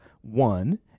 one